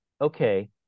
okay